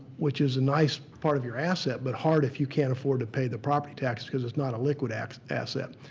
which is a nice part of your asset but hard if you can't afford to pay the property tax because it's not a liquid asset.